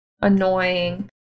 annoying